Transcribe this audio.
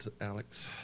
Alex